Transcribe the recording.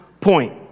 point